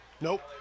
Nope